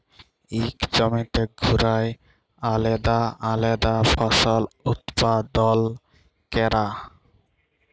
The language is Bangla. ইক জমিতে ঘুরায় আলেদা আলেদা ফসল উৎপাদল ক্যরা